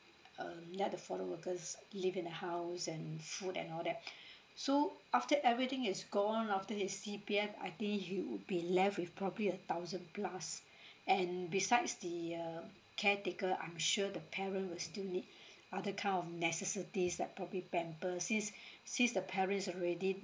uh let the foreign workers live in the house and food and all that so after everything is gone after his C_P_F I think he would be left with probably a thousand plus and besides the uh caretaker I'm sure the parent will still need other kind of necessities like probably pampers since since the parent is already